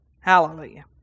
Hallelujah